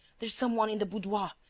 there's some one in the boudoir.